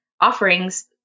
offerings